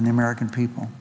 and the american people